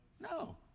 No